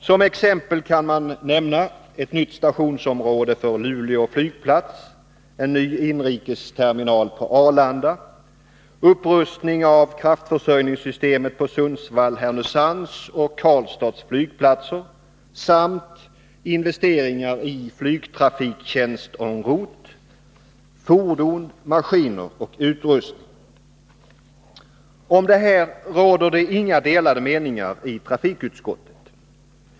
Som exempel kan nämnas ett nytt stationsområde för Luleå flygplats, en ny inrikesterminal på Arlanda, upprustning av kraftförsörjningssystemet på Sundsvall/Härnösands och Karlstads flygplatser samt investeringar i flygtrafiktjänst en route, fordon, maskiner och utrustning. Om detta råder inga delade meningar i trafikutskottet.